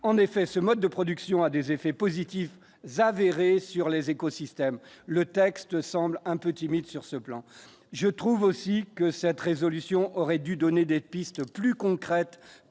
en effet, ce mode de production, a des effets positifs avérés sur les écosystèmes le texte semble un peu timide sur ce plan je trouve aussi que cette résolution aurait dû donner des pistes plus concrètes,